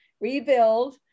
rebuild